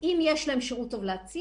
אם צריך איזונים צריך,